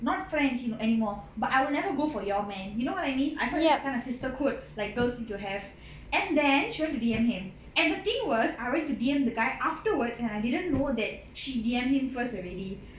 not friends you know anymore but I will never go for your man you know what I mean I feel that's the kind of sister girls need to have and then she went to the D_M him and the thing was I went to D_M the guy afterwards and I didn't know that she D_M him first already